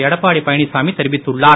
எடப்பாடி பழனிசாமி தெரிவித்துள்ளார்